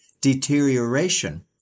deterioration